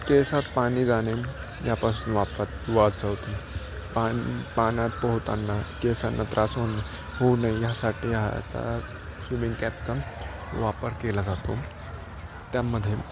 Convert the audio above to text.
केसात पाणी जाणे यापासून वापत वाचवते पान पाण्यात पोहतांना केसांना त्रास होऊन होऊ नये यासाठी ह्याचा स्विमिंग कॅपचा वापर केला जातो त्यामध्ये